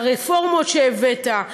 הרפורמות שהבאת,